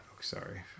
Sorry